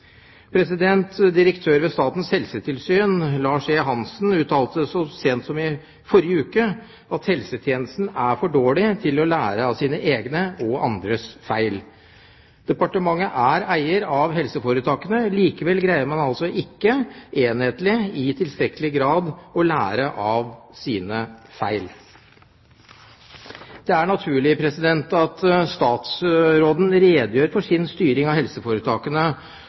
ved Statens helsetilsyn, Lars E. Hanssen, uttalte så sent som forrige uke at helsetjenesten er for dårlig til å lære av sine egne og andres feil. Departementet er eier av helseforetakene. Likevel greier man altså ikke enhetlig i tilstrekkelig grad å lære av sine feil. Det er naturlig at statsråden redegjør for sin styring av helseforetakene,